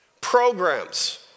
Programs